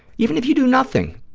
even if you do nothing,